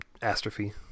Astrophy